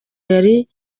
yari